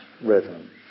rhythm